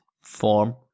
form